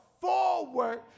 forward